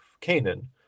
canaan